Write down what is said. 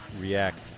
react